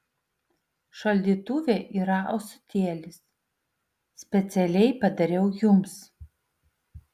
šaldytuve yra ąsotėlis specialiai padariau jums